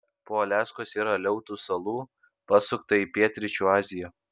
po aliaskos ir aleutų salų pasukta į pietryčių aziją